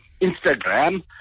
Instagram